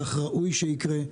כך ראוי שיקרה.